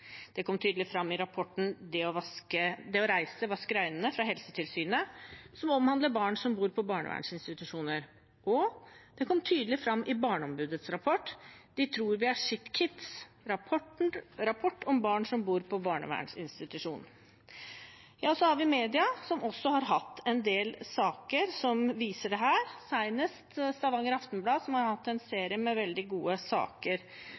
Det kom tydelig fram i rapporten Det å reise vasker øynene, fra Helsetilsynet, som omhandler barn som bor på barnevernsinstitusjoner, og det kom tydelig fram i Barneombudets rapport, «De tror vi er shitkids» – Rapport om barn som bor på barnevernsinstitusjon. Så har vi media, som også har hatt en del saker som viser dette, senest Stavanger Aftenblad, som har hatt en serie med veldig gode saker